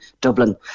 Dublin